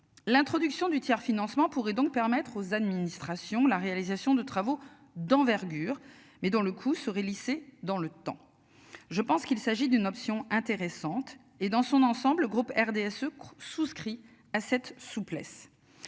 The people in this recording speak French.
l'introduction du tiers-financement pourrait donc permettre aux administrations, la réalisation de travaux d'envergure. Mais dans le coût serait lisser dans le temps. Je pense qu'il s'agit d'une option intéressante et dans son ensemble, le groupe RDSE souscrit à cette souplesse.